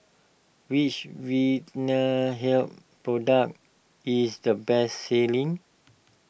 which Vitahealth product is the best selling